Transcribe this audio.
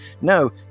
No